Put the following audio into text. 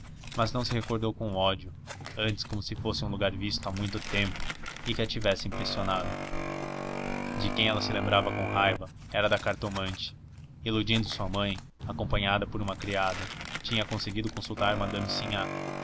mas não se recordou com ódio antes como se fosse um lugar visto há muito tempo e que a tivesse impressionado de quem ela se lembrava com raiva era da cartomante iludindo sua mãe acompanhada por uma criada tinha conseguido consultar